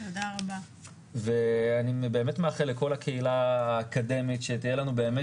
אני באמת מאחל לכל הקהילה האקדמית שתהיה לנו באמת